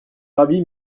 ravie